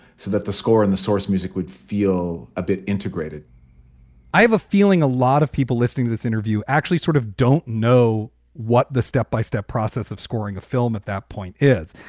so that the score in the source music would feel a bit integrated i have a feeling a lot of people listening to this interview actually sort of don't know what the step by step process of scoring a film at that point is.